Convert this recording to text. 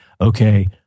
okay